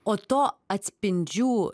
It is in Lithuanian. o to atspindžių